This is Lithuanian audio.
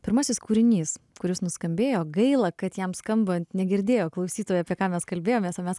pirmasis kūrinys kuris nuskambėjo gaila kad jam skambant negirdėjo klausytojai apie ką mes kalbėjomės mes